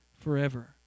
forever